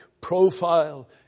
profile